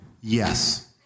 yes